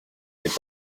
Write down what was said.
n’est